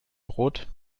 brot